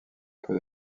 peu